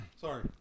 Sorry